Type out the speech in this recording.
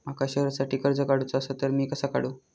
माका शेअरसाठी कर्ज काढूचा असा ता मी कसा काढू?